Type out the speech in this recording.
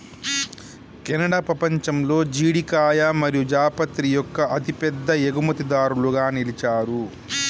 Canada పపంచంలో జీడికాయ మరియు జాపత్రి యొక్క అతిపెద్ద ఎగుమతిదారులుగా నిలిచారు